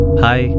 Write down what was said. hi